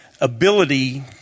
ability